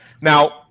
Now